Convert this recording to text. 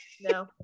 no